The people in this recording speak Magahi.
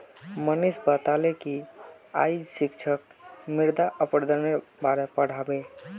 मनीष बताले कि आइज शिक्षक मृदा प्रबंधनेर बार पढ़ा बे